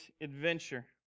adventure